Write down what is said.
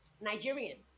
Nigerian